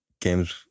games